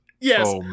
Yes